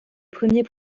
premiers